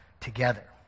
together